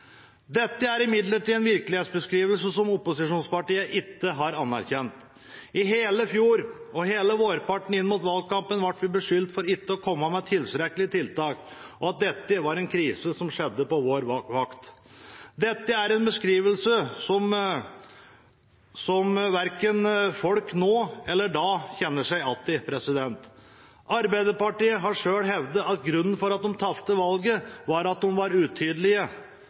Dette er imidlertid en virkelighetsbeskrivelse som opposisjonspartiene ikke har anerkjent. I hele fjor og på vårparten inn mot valgkampen ble vi beskyldt for ikke å komme med tilstrekkelige tiltak, og at dette var en krise som skjedde på vår vakt. Det er en beskrivelse som folk, verken da eller nå, kjenner seg igjen i. Arbeiderpartiet har selv hevdet at grunnen til at de tapte valget, var at de var utydelige.